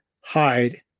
hide